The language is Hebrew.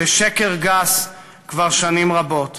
בשקר גס כבר שנים רבות.